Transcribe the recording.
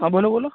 હા બોલો બોલો